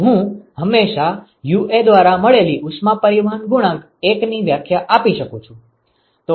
તો હું હંમેશાં UA દ્વારા મળેલી ઉષ્મા પરિવહન ગુણાંક 1 ની વ્યાખ્યા આપી શકું છું